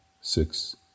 six